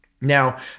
Now